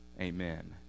Amen